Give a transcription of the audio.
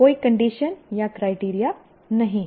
कोई कंडीशन या क्राइटेरिया नहीं है